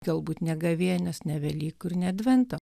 galbūt ne gavėnios ne velykų ir ne advento